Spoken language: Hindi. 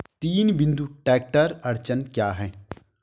तीन बिंदु ट्रैक्टर अड़चन क्या है?